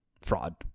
fraud